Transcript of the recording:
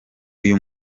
uyu